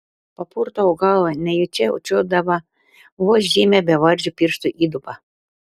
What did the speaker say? papurtau galvą nejučia čiuopdama vos žymią bevardžio piršto įdubą